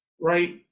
Right